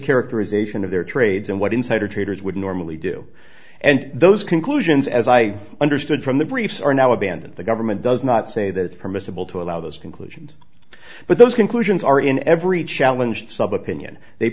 characterization of their trades and what insider traders would normally do and those conclusions as i understood from the briefs are now abandoned the government does not say that it's permissible to allow those conclusions but those conclusions are in every challenge sub opinion they